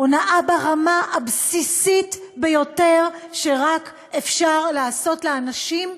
הונאה ברמה הבסיסית ביותר שרק אפשר לעשות לאנשים,